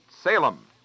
Salem